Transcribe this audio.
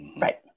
Right